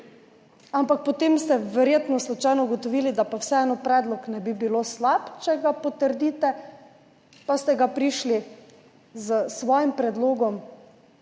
Ampak potem ste verjetno slučajno ugotovili, da pa vseeno ne bi bilo slabo, če predlog potrdite, pa ste prišli s svojim predlogom